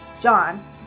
John